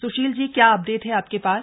स्शील जी क्या अपडेट है आपके पास